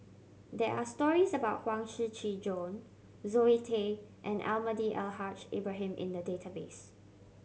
there are stories about Huang Shiqi Joan Zoe Tay and Almahdi Al Haj Ibrahim in the database